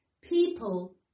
People